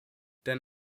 denn